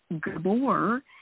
Gabor